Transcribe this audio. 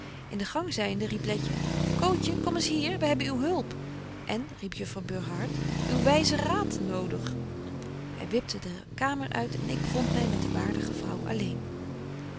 in den gang zynde riep letje cootje kom eens hier wy hebben uw hulp en riep juffrouw betje wolff en aagje deken historie van mejuffrouw sara burgerhart burgerhart uw wyzen raad nodig hy wipte de kamer uit en ik bevond my met de waardige vrouw alleen